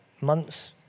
months